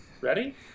Ready